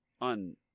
On